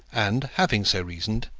and having so reasoned,